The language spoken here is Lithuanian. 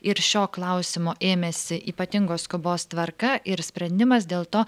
ir šio klausimo ėmėsi ypatingos skubos tvarka ir sprendimas dėl to